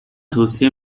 توصیه